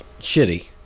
shitty